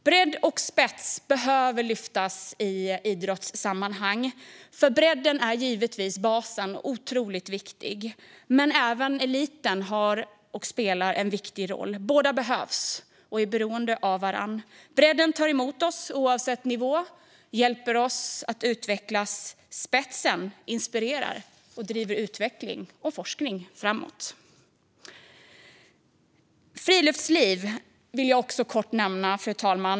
Bredd och spets behöver lyftas fram i idrottssammanhang. För bredden är givetvis basen och otroligt viktig, men även eliten spelar en viktig roll. Båda behövs och är beroende av varandra. Bredden tar emot oss oavsett nivå och hjälper oss att utveckla spetsen. Den inspirerar och driver utveckling och forskning framåt. Fru talman! Jag vill också kort nämna friluftsliv.